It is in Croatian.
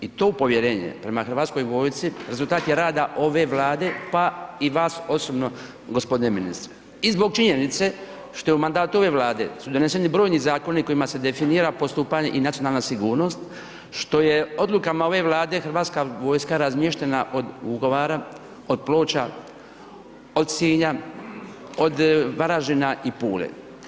I to povjerenje prema Hrvatskoj vojsci rezultat je rada ove Vlade pa i vas osobno gospodine ministre i zbog činjenice što je u mandatu ove Vlade su doneseni brojni zakoni kojima se definira postupanje i nacionalna sigurnost što je odlukama ove Vlade, hrvatska vojska razmještena od Vukovara, od Ploča, od Sinja, od Varaždina i Pule.